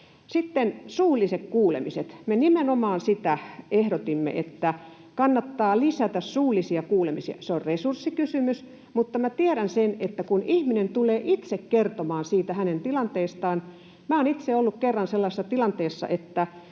Sitten suulliset kuulemiset. Me nimenomaan sitä ehdotimme, että kannattaa lisätä suullisia kuulemisia. Se on resurssikysymys, mutta minä tiedän sen, että kun ihminen tulee itse kertomaan siitä hänen tilanteestaan... Minä olen itse ollut kerran sellaisessa tilanteessa, että